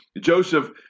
Joseph